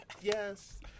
yes